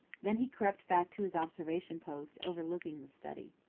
then he crept back to his observation post overlooking the study.